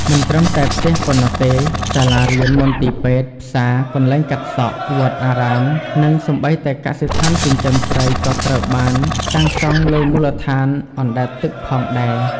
មិនត្រឹមតែផ្ទះប៉ុណ្ណោះទេ សាលារៀន មន្ទីរពេទ្យ ផ្សារ កន្លែងកាត់សក់ វត្តអារាម និងសូម្បីតែកសិដ្ឋានចិញ្ចឹមត្រីក៏ត្រូវបានសាងសង់លើមូលដ្ឋានអណ្ដែតទឹកផងដែរ។